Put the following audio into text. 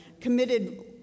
committed